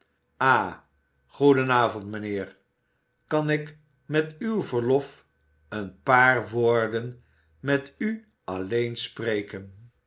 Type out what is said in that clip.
ah goedenavond mijnheer kan ik met uw verlof een paar woorden met u alleen spreken